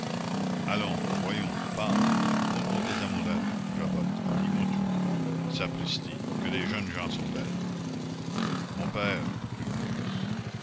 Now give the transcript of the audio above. allons voyons parle conte-moi tes amourettes jabote dis-moi tout sapristi que les jeunes gens sont bêtes mon père reprit marius